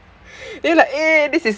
they're like eh this is